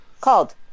called